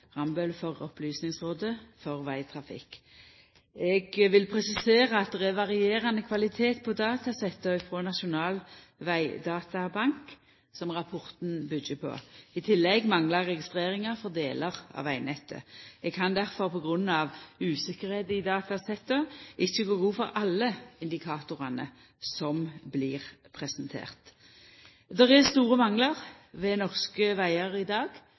Rambøll for Opplysningsrådet for Veitrafikken. Eg vil presisera at det er varierande kvalitet på datasettet frå Nasjonal Vegdatabank, som rapporten byggjer på. I tillegg manglar registreringar for delar av vegnettet. Eg kan difor på grunn av manglande tryggleik i datasettet ikkje gå god for alle indikatorane som blir presenterte. Det er store manglar ved norske vegar i dag.